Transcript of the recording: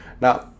now